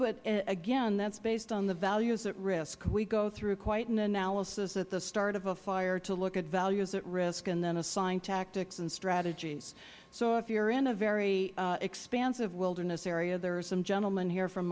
but again that is based on the values at risk we go through quite an analysis at the start of a fire to look at values at risk and then assign tactics and strategies so if you are in a very expansive wilderness area there is a gentleman here from